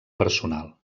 personal